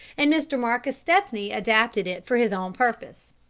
and mr. marcus stepney adapted it for his own purpose.